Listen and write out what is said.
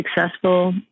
successful